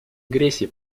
агрессии